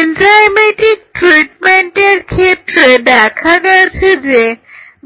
enzymatic ট্রিটমেন্টের ক্ষেত্রে দেখা গেছে যে